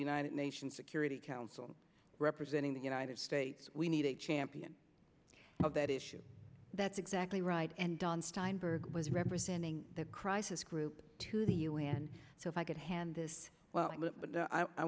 united nations security council representing the united states we need a champion of that issue that's exactly right and don steinberg was representing the crisis group to the u n so if i could hand this well but i